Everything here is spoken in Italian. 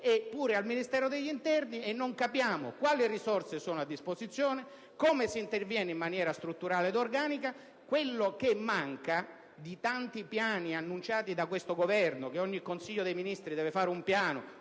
e pure al Ministero dell'interno, e non capiamo quali risorse sono a disposizione, come si interviene in maniera strutturale ed organica. Quello che manca fra i tanti piani annunciati da questo Governo - ogni Consiglio dei ministri si deve fare un piano: